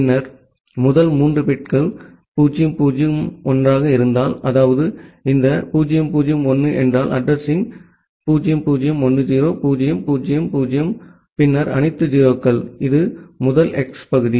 பின்னர் முதல் 3 பிட்கள் 001 ஆக இருந்தால் அதாவது இந்த 001 என்றால் அட்ரஸிங் 0010 0000 பின்னர் அனைத்து 0 கள் இது முதல் ஹெக்ஸ் பகுதி